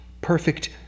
perfect